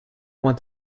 want